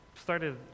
started